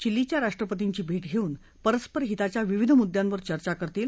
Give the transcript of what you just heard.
चिलीच्या राष्ट्रपर्तीची भेट धेऊन परस्पर हिताच्या विविध मुद्द्यांवर ते चर्चा करतील